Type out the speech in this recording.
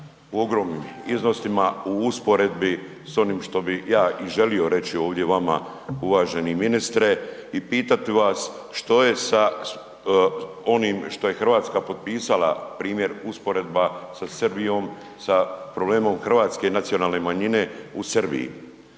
u ogromnim iznosima u usporedbi s onim što bih ja i želio reći ovdje vama, uvaženi ministre i pitati vas što je sa onim što je Hrvatska potpisala primjer usporedba sa Srbijom, sa problemom hrvatske nacionalne manjine u Srbiji.